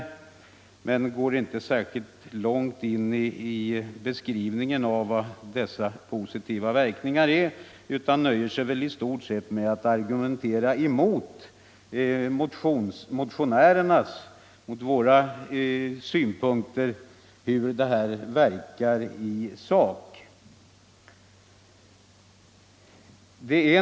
Men utskottet går inte särskilt långt i beskrivningen av vilka dessa positiva verkningar skulle vara utan nöjer sig i stort sett med att argumentera mot synpunkterna från oss motionärer om hur bestämmelsen verkar i sak.